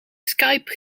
skype